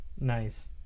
nice